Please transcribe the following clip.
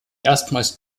erstmals